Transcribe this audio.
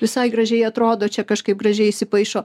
visai gražiai atrodo čia kažkaip gražiai įsipaišo